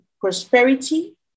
prosperity